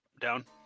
Down